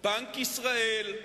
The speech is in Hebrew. בנק ישראל,